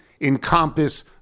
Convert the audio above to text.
encompass